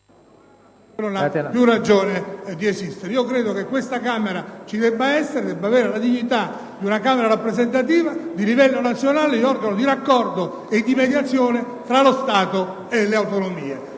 non ha più ragione di esistere. Credo che questa Camera ci debba essere e debba avere la dignità di una Camera rappresentativa di livello nazionale e di organo di raccordo e di mediazione tra lo Stato e le autonomie.